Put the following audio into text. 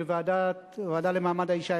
בוועדה למעמד האשה,